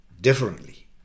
differently